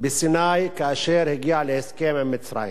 בסיני כאשר הגיעה להסכם עם מצרים,